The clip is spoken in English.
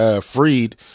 freed